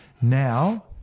Now